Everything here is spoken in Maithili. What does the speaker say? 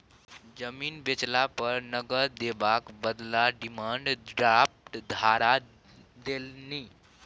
जमीन बेचला पर नगद देबाक बदला डिमांड ड्राफ्ट धरा देलनि